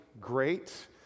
great